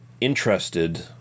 interested